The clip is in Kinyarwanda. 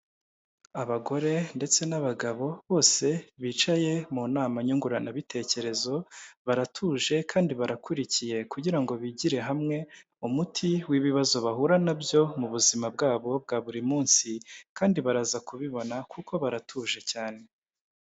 Abagore ndetse n'abagabo, bose bicaye mu nama nyunguranabitekerezo, baratuje kandi barakurikiye kugira ngo bigire hamwe umuti w'ibibazo bahura na byo mu buzima bwabo bwa buri munsi, kandi baraza kubibona kuko baratuje cyane.